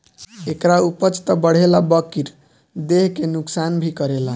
एकरा उपज त बढ़ेला बकिर देह के नुकसान भी करेला